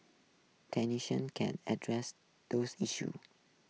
can address those issues